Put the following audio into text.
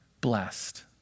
Blessed